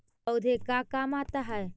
पौधे का काम आता है?